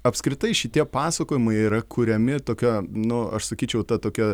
apskritai šitie pasakojimai yra kuriami tokia nu aš sakyčiau ta tokia